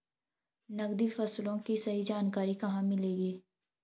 नकदी फसलों की सही जानकारी कहाँ मिलेगी?